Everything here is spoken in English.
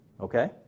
okay